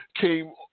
came